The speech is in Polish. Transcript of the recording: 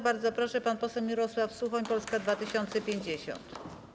Bardzo proszę, pan poseł Mirosław Suchoń, Polska 2050.